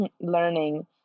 learning